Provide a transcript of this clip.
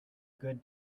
good